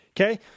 Okay